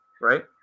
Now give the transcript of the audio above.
right